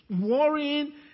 worrying